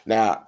Now